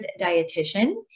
dietitian